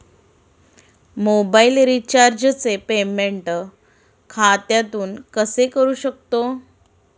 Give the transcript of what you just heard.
Mobile रिचार्जचे payment खात्यातून कसे करू शकतो?